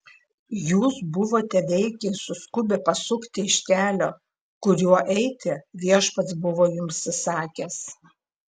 jūs buvote veikiai suskubę pasukti iš kelio kuriuo eiti viešpats buvo jums įsakęs